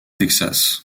texas